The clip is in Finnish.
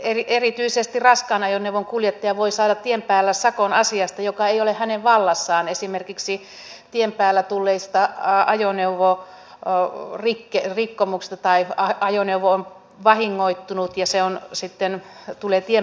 ammattikuljettaja erityisesti raskaan ajoneuvon kuljettaja voi saada tien päällä sakon asiasta joka ei ole hänen vallassaan esimerkiksi tien päällä tulleista ajoneuvorikkomuksista tai jos ajoneuvo on vahingoittunut ja se sitten tulee tien päällä esille